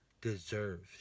deserves